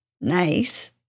Nice